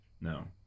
no